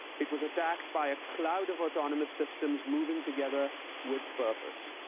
it was attacked by a cloud of autonomous systems moving together with purpose,